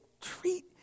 treat